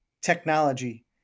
technology